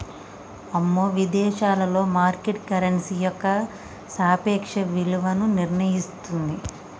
అమ్మో విదేశాలలో market currency యొక్క సాపేక్ష విలువను నిర్ణయిస్తుంది